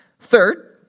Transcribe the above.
Third